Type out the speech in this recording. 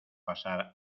pasar